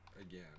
again